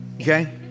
Okay